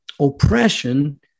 Oppression